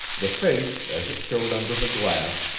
the face, as it showed under the glass,